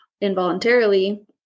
involuntarily